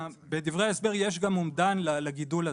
בדברי ההסבר יש גם אומדן לגידול הזה.